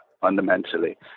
fundamentally